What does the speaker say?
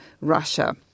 Russia